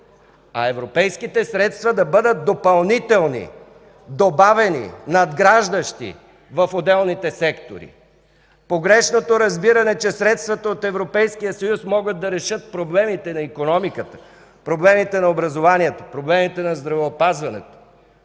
а европейските средства да бъдат допълнителни, добавяни, надграждащи в отделните сектори. Погрешното разбиране, че средствата от Европейския съюз могат да решат проблемите на икономиката, проблемите на образованието, проблемите на здравеопазването,